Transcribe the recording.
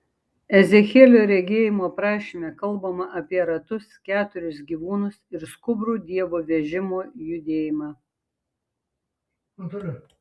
ezechielio regėjimo aprašyme kalbama apie ratus keturis gyvūnus ir skubrų dievo vežimo judėjimą